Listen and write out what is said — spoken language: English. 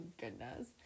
goodness